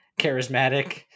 charismatic